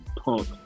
punk